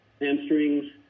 hamstrings